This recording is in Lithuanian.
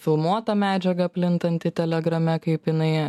filmuota medžiaga plintanti telegrame kaip jinai